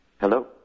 Hello